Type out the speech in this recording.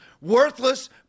worthless